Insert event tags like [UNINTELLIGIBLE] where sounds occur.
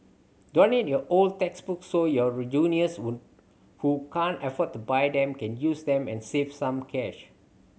donate your old textbooks so your juniors [UNINTELLIGIBLE] who can't afford to buy them can use them and save some cash